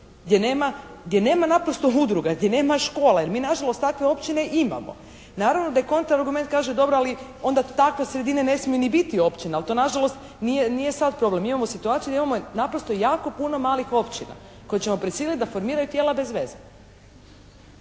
gdje nema naprosto udruga, gdje nema škola jer mi na žalost takve općine imamo. Naravno da je kontra argument kaže dobro ali onda takve sredine ne smiju ni biti općina. Ali to na žalost nije sad problem. Mi imamo situaciju da imamo naprosto jako puno malih općina koje ćemo prisiliti da formiraju tijela bez veze.